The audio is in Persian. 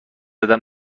زدم